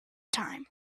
time